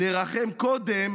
/ לרחם קודם